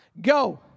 go